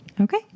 Okay